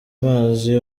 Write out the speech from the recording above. mazi